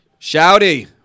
Shouty